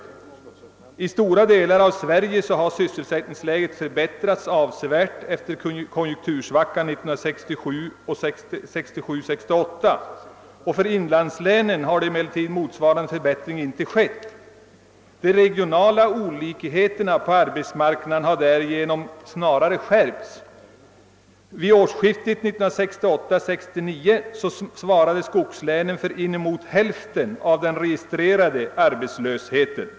I stora delar av Sverige har sysselsättningsläget förbättrats avsevärt efter konjunktursvackan 1967—1968. För inlandslänen har emellertid motsvarande förbättring inte skett. De regionala olikheterna på arbetsmarknaden har därigenom snarare skärpts. Vid årsskiftet 1968—1969 svarade skogslänen för inemot hälften av den registrerade arbetslösheten.